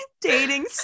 dating